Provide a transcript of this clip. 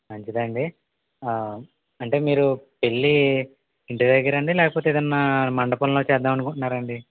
మంచిదండి అంటే మీరు పెళ్ళి ఇంటి దగ్గరండి లేకపోతే ఏదన్నా మండపంలో చేద్దాం అనుకుంటున్నారా అండి